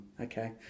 Okay